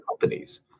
companies